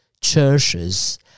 churches